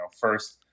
first